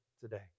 today